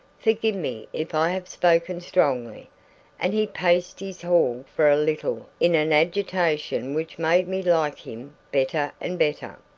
forgive me if i have spoken strongly and he paced his hall for a little in an agitation which made me like him better and better.